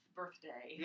birthday